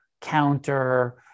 counter